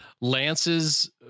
Lance's